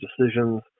decisions